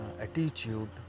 attitude